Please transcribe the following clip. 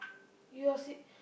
you are si~